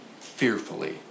fearfully